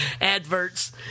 adverts